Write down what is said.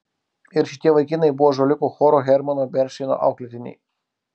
ir šitie vaikinai buvo ąžuoliuko choro hermano bernšteino auklėtiniai